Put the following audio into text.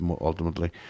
ultimately